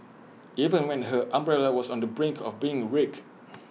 even when her umbrella was on the brink of being wrecked